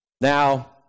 Now